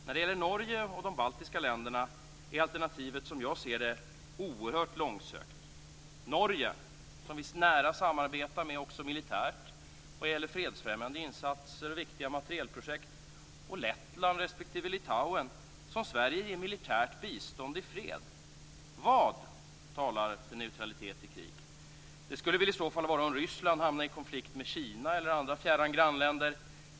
När det gäller Norge och de baltiska länderna är alternativet, som jag ser det, oerhört långsökt. Norge samarbetar vi ju nära med också militärt vad gäller fredsfrämjande insatser och viktiga materielprojekt och Lettland respektive Litauen ger vi militärt bistånd i fred. Vad talar för neutralitet i krig? Det skulle väl i så fall vara om Ryssland hamnade i konflikt med Kina eller andra fjärran grannländer.